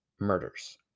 murders